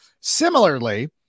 Similarly